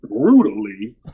brutally